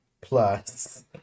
plus